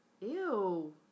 Ew